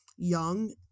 young